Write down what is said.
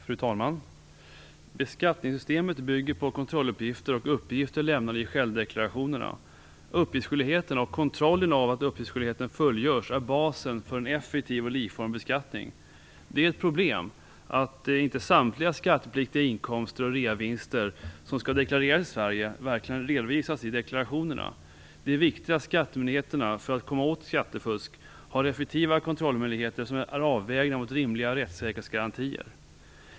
Fru talman! Beskattningssystemet bygger på kontrolluppgifter och uppgifter lämnade i självdeklarationerna. Uppgiftsskyldigheten och kontrollen av att uppgiftsskyldigheten fullgörs är basen för en effektiv och likformig beskattning. Det är ett problem att inte samtliga skattepliktiga inkomster och reavinster som skall deklareras i Sverige verkligen redovisas i deklarationerna. Det är viktigt att skattemyndigheterna för att komma åt skattefusk har effektiva kontrollmöjligheter som är avvägda mot rimliga rättssäkerhetsgarantier.